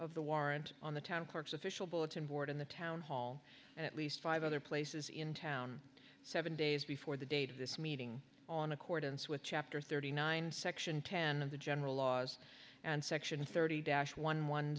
of the warrant on the town corks official bulletin board in the town hall and at least five other places in town seven days before the date of this meeting on accordance with chapter thirty nine section ten of the general laws and section thirty dash one one